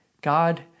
God